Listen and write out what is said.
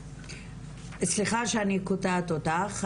סליחה שאני קוטעת אותך,